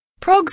progs